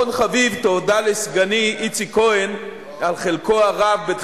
סעיפים 8 9, כהצעת הוועדה, נתקבלו.